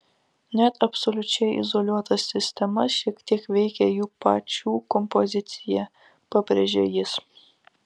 net absoliučiai izoliuotas sistemas šiek tiek veikia jų pačių kompozicija pabrėžia jis